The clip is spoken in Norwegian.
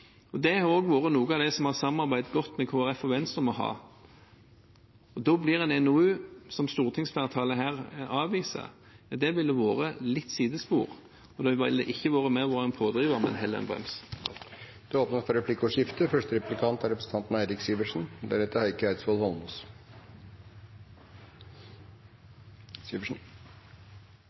og det har også vært noe av det vi har samarbeidet godt med Kristelig Folkeparti og Venstre om. Da blir en NOU, som stortingsflertallet her avviser, et lite sidespor. Det ville ikke vært noen pådriver, men heller en brems. Det blir replikkordskifte. La meg få starte med å si takk til representanten Heikki Eidsvoll Holmås,